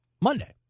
Monday